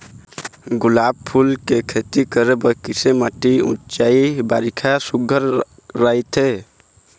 गुलाब फूल के खेती करे बर किसे माटी ऊंचाई बारिखा सुघ्घर राइथे?